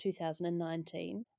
2019